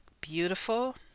beautiful